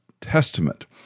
Testament